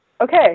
okay